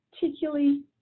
particularly